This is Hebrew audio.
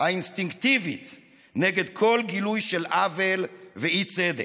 האינסטינקטיבית נגד כל גילוי של עוול ואי-צדק.